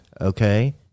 okay